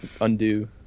undo